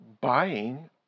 buying